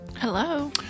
Hello